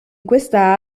questa